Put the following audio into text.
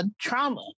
trauma